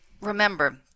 remember